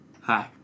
Hi